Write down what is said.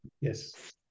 Yes